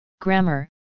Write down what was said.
Grammar